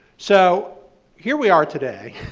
so here we are today